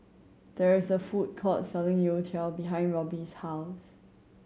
there is a food court selling youtiao behind Robbie's house